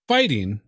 Fighting